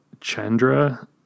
Chandra